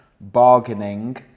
bargaining